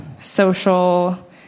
social